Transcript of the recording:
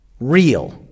real